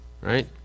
Right